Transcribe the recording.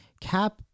cap